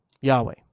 Yahweh